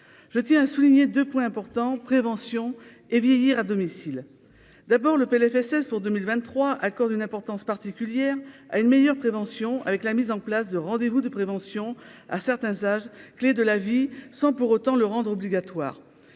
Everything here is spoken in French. je tiens à souligner 2 points importants : prévention et vieillir à domicile, d'abord le Plfss pour 2023 accorde une importance particulière à une meilleure prévention avec la mise en place de rendez vous de prévention à certains âges clés de la vie, sans pour autant le rendre obligatoire